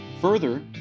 Further